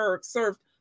served